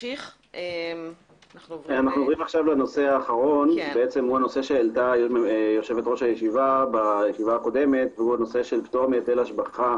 אנו עוברים לנושא האחרון, פטור מהיטל השבחה